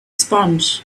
sponge